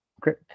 Great